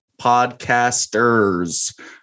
podcasters